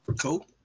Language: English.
Cool